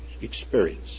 experience